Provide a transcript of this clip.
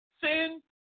Sin